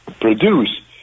produce